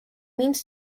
means